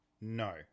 No